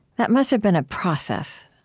that must have been a process